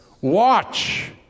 Watch